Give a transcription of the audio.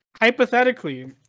hypothetically